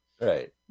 Right